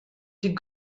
die